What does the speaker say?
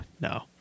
no